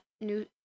new